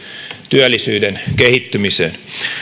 työllisyyden kehittymiseen